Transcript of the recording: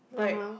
(uh huh)